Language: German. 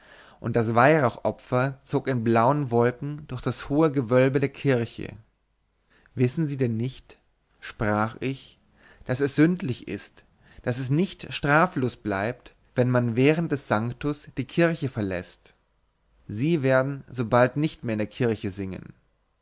und das weihrauchopfer zog in blauen wolken durch das hohe gewölbe der kirche wissen sie denn nicht sprach ich daß es sündlich ist daß es nicht straflos bleibt wenn man während des sanctus die kirche verläßt sie werden so bald nicht mehr in der kirche singen